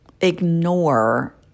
ignore